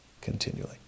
continually